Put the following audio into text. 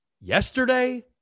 yesterday